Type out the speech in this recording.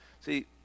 See